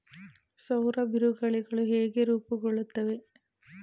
ಸೌರ ಬಿರುಗಾಳಿಗಳು ಹೇಗೆ ರೂಪುಗೊಳ್ಳುತ್ತವೆ?